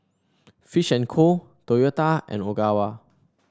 Fish and Co Toyota and Ogawa